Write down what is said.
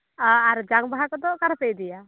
ᱚ ᱟᱨ ᱡᱟᱝ ᱵᱟᱦᱟ ᱠᱚᱫᱚ ᱚᱠᱟ ᱨᱮᱯᱮ ᱤᱫᱤᱭᱟ